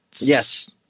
Yes